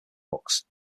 books